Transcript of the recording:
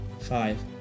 Five